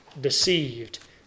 deceived